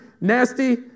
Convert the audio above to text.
nasty